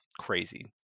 crazy